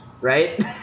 Right